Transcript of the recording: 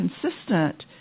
consistent